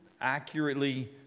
accurately